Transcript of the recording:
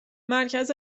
مرکز